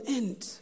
end